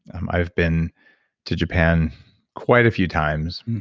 i've been to japan quite a few times.